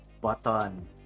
button